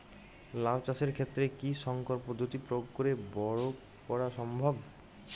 লাও চাষের ক্ষেত্রে কি সংকর পদ্ধতি প্রয়োগ করে বরো করা সম্ভব?